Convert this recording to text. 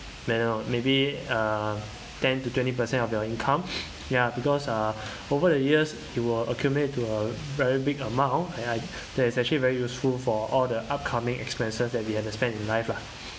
then oh maybe uh ten to twenty percent of your income ya because uh over the years it will accumulate to a very big amount and I that is actually very useful for all the upcoming expenses that we have to spend in life lah